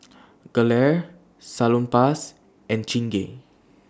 Gelare Salonpas and Chingay